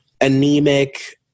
anemic